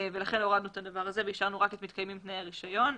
ולכן הורדנו את הדבר הזה והשארנו רק את "מתקיימים תנאי הרישיון".